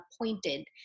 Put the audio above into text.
appointed